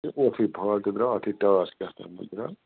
اوتٕرٕے fault دراو اَتھ ۂے ٹاس کہتام دراو